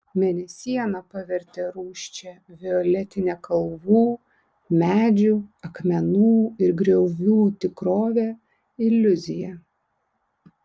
mėnesiena pavertė rūsčią violetinę kalvų medžių akmenų ir griovų tikrovę iliuzija